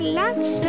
lots